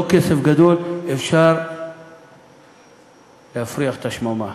לא כסף גדול, אפשר להפריח את השממה,